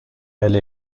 elle